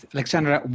Alexandra